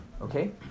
okay